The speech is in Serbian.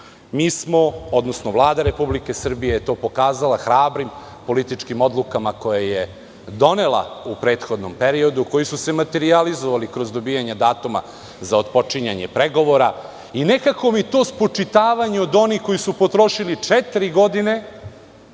Mi smo, odnosno Vlada Republike Srbije je to pokazala hrabrim političkim odlukama koje je donela u prethodnom periodu, koji su se materijalizovali kroz dobijanje datuma za otpočinjanje pregovora. Nekako mi to spočitavanje od onih koji su potrošili četiri godine,